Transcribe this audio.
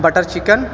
butter chicken